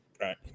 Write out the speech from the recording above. right